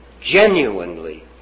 genuinely